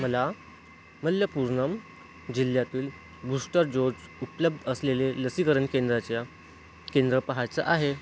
मला मल्लपुर्नम जिल्ह्यातील booster dose उपलब्ध असलेले लसीकरण केंद्राच्या केंद्र पहायचं आहे